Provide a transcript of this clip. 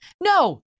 No